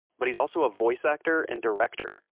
but he's also a voice actor and director.